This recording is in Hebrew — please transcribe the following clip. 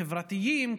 חברתיים,